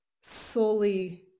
solely